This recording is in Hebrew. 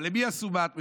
אבל למי עשו מה"ט משודרג,